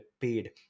paid